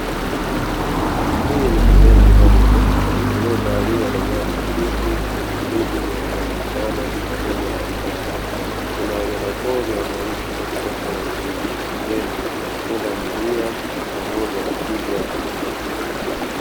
Hili ni sehemu ya ardhi iliyotawaliwa na nyasi fupi miti iliyoachanaachana pamoja na vichaka, Kuna wanyamapori wanaoishi katika sehemu hii ikiwemo pundamilia pamoja na twiga.